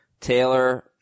Taylor